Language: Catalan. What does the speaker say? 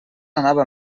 anava